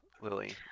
Lily